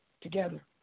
together